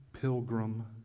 pilgrim